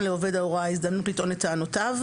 לעובד ההוראה הזדמנות לטעון את טענותיו,